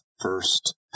first